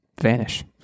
vanish